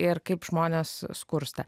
ir kaip žmonės skursta